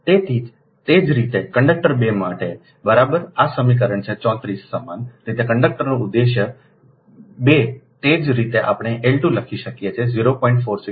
તેથી તે જ રીતે કંડક્ટર 2 માટે બરાબર આ સમીકરણ છે 34 સમાન રીતે કંડક્ટરનો ઉદ્દેશ્ય 2 તે જ રીતે આપણે L 2 લખી શકીએ છીએ 0